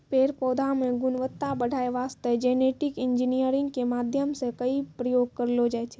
पेड़ पौधा मॅ गुणवत्ता बढ़ाय वास्तॅ जेनेटिक इंजीनियरिंग के माध्यम सॅ कई प्रयोग करलो जाय छै